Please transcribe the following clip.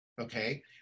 Okay